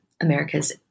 America's